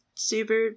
super